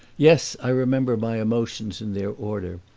yes, i remember my emotions in their order,